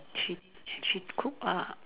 she she cook ah